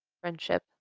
friendship